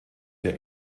der